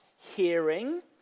hearing